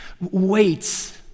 Wait